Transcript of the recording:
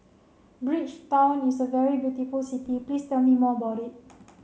Bridgetown is a very beautiful city please tell me more about it